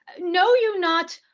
know you not,